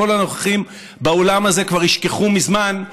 כשאת כל הנוכחים באולם הזה כבר ישכחו מזמן,